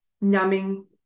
numbing